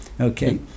Okay